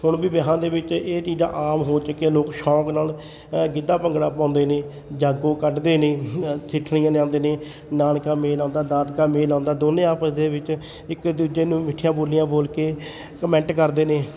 ਹੁਣ ਵੀ ਵਿਆਹਾਂ ਦੇ ਵਿੱਚ ਇਹ ਚੀਜ਼ਾਂ ਆਮ ਹੋ ਚੁੱਕੀਆਂ ਲੋਕ ਸ਼ੌਕ ਨਾਲ ਗਿੱਧਾ ਭੰਗੜਾ ਪਾਉਂਦੇ ਨੇ ਜਾਗੋ ਕੱਢਦੇ ਨੇ ਸਿੱਠਣੀਆਂ ਗਾਉਂਦੇ ਨੇ ਨਾਨਕਾ ਮੇਲ ਆਉਂਦਾ ਦਾਦਕਾ ਮੇਲ ਆਉਂਦਾ ਦੋਨੋ ਆਪਸ ਦੇ ਵਿੱਚ ਇੱਕ ਦੂਜੇ ਨੂੰ ਮਿੱਠੀਆਂ ਬੋਲੀਆਂ ਬੋਲ ਕੇ ਕਮੈਂਟ ਕਰਦੇ ਨੇ